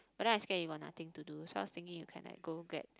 but then I scared you got nothing to do so I was thinking you can like go get